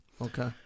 Okay